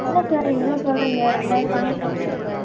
என்ன சார் இவ்வளோ சொல்கிறிங்க ரெண்டாயிரம் வாங்கிக்கோங்களேன் சார்